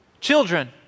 children